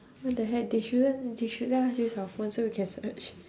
what the heck they shouldn't they should let us use our phone so we can search